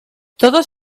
todos